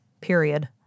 period